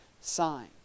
sign